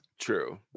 True